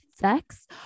sex